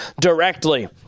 directly